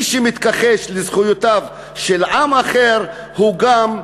מי שמתכחש לזכויותיו של עם אחר הוא גם,